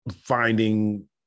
finding